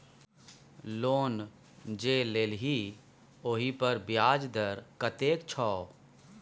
loan जे लेलही ओहिपर ब्याज दर कतेक छौ